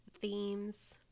themes